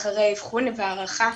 אחרי אבחון והערכה,